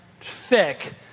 thick